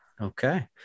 okay